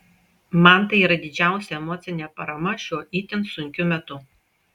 man tai yra didžiausia emocinė parama šiuo itin sunkiu metu